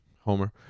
homer